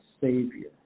Savior